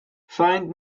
find